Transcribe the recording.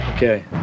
Okay